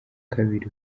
kabiri